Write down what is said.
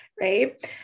Right